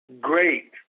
great